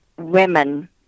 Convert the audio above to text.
women